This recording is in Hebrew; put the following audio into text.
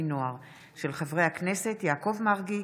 חברי הכנסת יעקב מרגי,